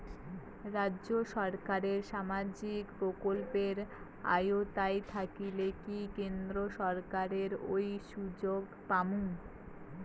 রাজ্য সরকারের সামাজিক প্রকল্পের আওতায় থাকিলে কি কেন্দ্র সরকারের ওই সুযোগ পামু?